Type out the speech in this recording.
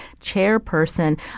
chairperson